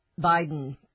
Biden